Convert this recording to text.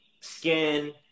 Skin